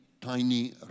tiny